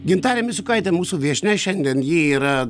gintarė misiukaitė mūsų viešnia šiandien ji yra